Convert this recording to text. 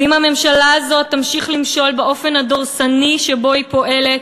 ואם הממשלה הזאת תמשיך למשול באופן הדורסני שבו היא פועלת,